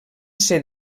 ser